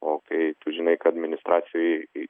o kai tu žinai kad administracijoj